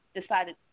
decided